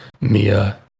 Mia